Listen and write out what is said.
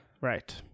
right